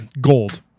gold